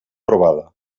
provada